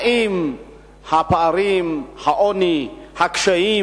האם הפערים, העוני, הקשיים,